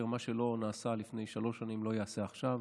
מה שלא נעשה לפני שלוש שנים לא ייעשה עכשיו,